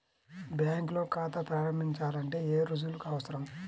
బ్యాంకులో ఖాతా ప్రారంభించాలంటే ఏ రుజువులు అవసరం?